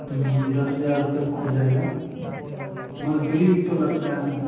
दस हज़ार तक हो जाएगा मज़दूरी भी तो लगता है ना